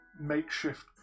makeshift